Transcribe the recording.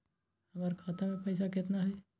हमर खाता मे पैसा केतना है?